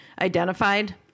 identified